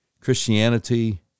Christianity